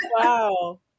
wow